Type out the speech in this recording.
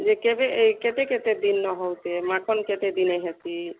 ଯେ କେବେ ଏ କେତେ କେତେ ଦିନ୍ର ହେଉଛେ ମାଖନ୍ କେତେ ଦିନେ ହେସି